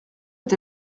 est